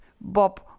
Bob